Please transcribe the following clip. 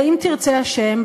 ואם תרצה השם,